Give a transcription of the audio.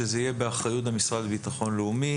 שזה יהיה באחריות המשרד לביטחון לאומי